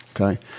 Okay